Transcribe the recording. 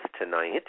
tonight